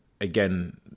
again